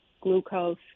glucose